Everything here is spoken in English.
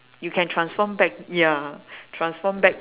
you can transform back ya transform back